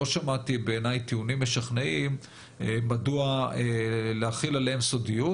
לא שמעתי טיעונים משכנעים מדוע להחיל עליהם סודיות.